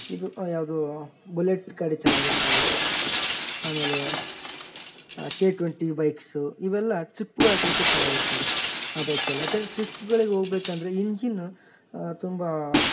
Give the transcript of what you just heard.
ಇದು ಯಾವುದು ಬುಲೆಟ್ ಗಾಡಿ ಚೆನ್ನಾಗಿರ್ತವೆ ಆಮೇಲೆ ಕೆ ಟ್ವೆಂಟಿ ಬೈಕ್ಸು ಇವೆಲ್ಲ ಟ್ರಿಪ್ಗಳು ಹಾಕೊಳಿಕೆ ಚೆನ್ನಾಗಿರುತ್ತವೆ ಆ ಬೈಕ್ಸ್ ಎಲ್ಲ ಯಾಕೆಂದ್ರೆ ಟ್ರಿಪ್ಗಳಿಗೆ ಹೋಗ್ಬೇಕಂದ್ರೆ ಇಂಜಿನ್ನು ತುಂಬ